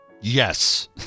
Yes